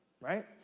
right